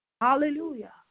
Hallelujah